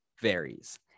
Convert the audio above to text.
varies